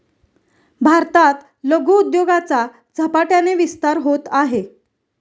भारतात लघु उद्योगाचा झपाट्याने विस्तार होत आहे